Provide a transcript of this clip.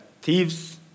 thieves